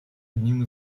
одним